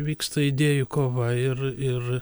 vyksta idėjų kova ir ir